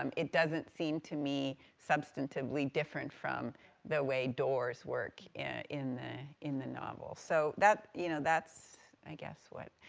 um it doesn't seem, to me, substantively different from the way doors work in, in the novel. so that, you know, that's, i guess what,